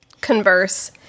converse